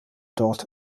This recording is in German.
dort